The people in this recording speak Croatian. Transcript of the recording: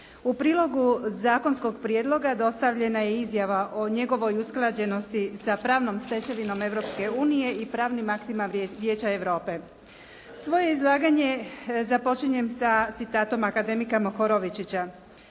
U prilogu zakonskog prijedloga dostavljena je izjava o njegovoj usklađenosti sa pravnom stečevinom Europske unije i pravnim aktima Vijeća Europe. Svoje izlaganje započinjem sa citatom akademika Mohorovičića: